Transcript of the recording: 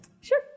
Sure